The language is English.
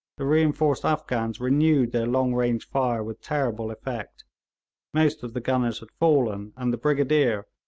the reinforced afghans renewed their long-range fire with terrible effect most of the gunners had fallen, and the brigadier,